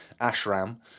ashram